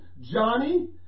Johnny